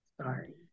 sorry